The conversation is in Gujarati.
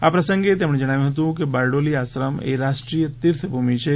આ પ્રસંગે તેમણે જણાવ્યું હતું કે બારડોલી આશ્રમએ રાષ્ટ્રીય તીર્થભૂમિ છે